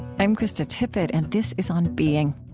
i'm krista tippett, and this is on being